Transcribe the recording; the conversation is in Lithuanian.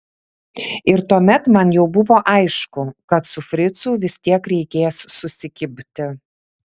ir tuomet man jau buvo aišku kad su fricu vis tiek reikės susikibti